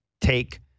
take